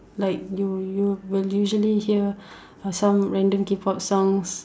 like you you will usually hear uh some random K pop songs